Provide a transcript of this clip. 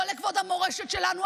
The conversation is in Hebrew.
לא לכבוד המורשת שלנו,